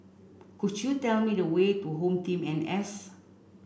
could you tell me the way to HomeTeam N S